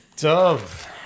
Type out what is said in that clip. Dove